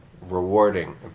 rewarding